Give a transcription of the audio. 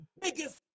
biggest